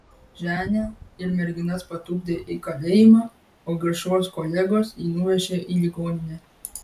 ženią ir merginas patupdė į kalėjimą o garšvos kolegos jį nuvežė į ligoninę